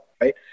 Right